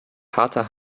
harter